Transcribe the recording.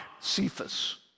cephas